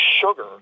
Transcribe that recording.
sugar